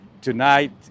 tonight